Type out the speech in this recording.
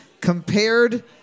compared